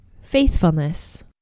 Faithfulness